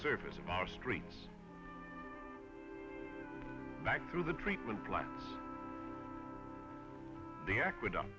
surface in our streets back through the treatment plant the aqueduct